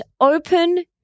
open